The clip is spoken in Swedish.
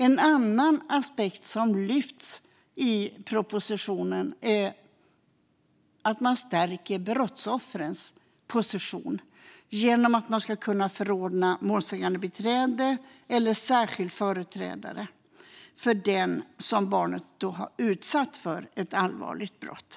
En annan aspekt som lyfts i propositionen är att brottsoffrens position stärks genom att man ska kunna förordna målsägandebiträde eller särskild företrädare för den som barnet har utsatt för ett allvarligt brott.